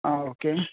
okay